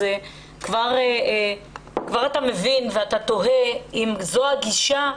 אז כבר אתה מבין ואתה תוהה אם זו הגישה,